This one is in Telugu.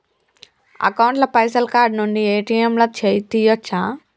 అకౌంట్ ల పైసల్ కార్డ్ నుండి ఏ.టి.ఎమ్ లా తియ్యచ్చా?